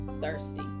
thirsty